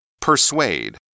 Persuade